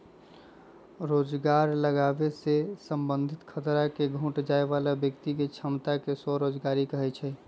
रोजगार लागाबे से संबंधित खतरा के घोट जाय बला व्यक्ति के क्षमता के स्वरोजगारी कहै छइ